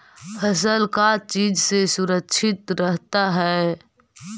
फसल का चीज से सुरक्षित रहता है?